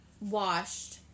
washed